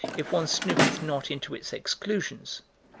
if one snoopeth not into its exclusions.